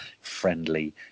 friendly